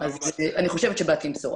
אז אני חושבת שבאתי עם בשורה,